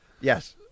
Yes